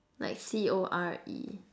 like C_O_R_E